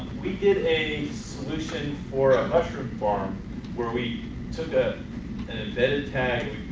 we did a solution for a mushroom farm where we took ah an embedded tag,